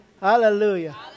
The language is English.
hallelujah